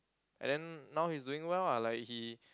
and then now he's doing well lah like he